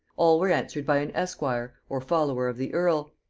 all were answered by an esquire, or follower of the earl,